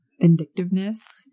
vindictiveness